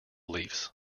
leafs